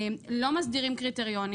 לא מסדירים קריטריונים,